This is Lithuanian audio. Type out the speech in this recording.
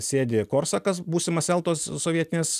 sėdi korsakas būsimas eltos sovietinės